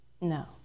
no